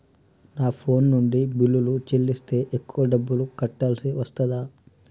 నా ఫోన్ నుండి బిల్లులు చెల్లిస్తే ఎక్కువ డబ్బులు కట్టాల్సి వస్తదా?